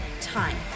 time